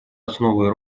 основой